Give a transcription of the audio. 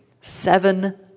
seven